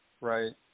right